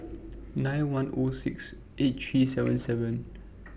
nine one O six eight three seven seven